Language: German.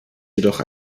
jedoch